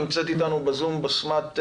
נמצאת איתנו בזום בשמת סלע.